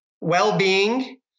well-being